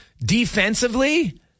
defensively